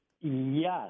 Yes